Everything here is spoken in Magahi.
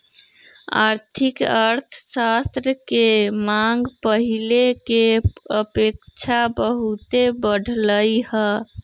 आर्थिक अर्थशास्त्र के मांग पहिले के अपेक्षा बहुते बढ़लइ ह